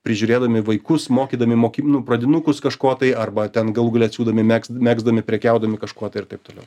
prižiūrėdami vaikus mokydami moki nu pradinukus kažko tai arba ten galų gale siūdami megz megzdami prekiaudami kažkuo tai ir taip toliau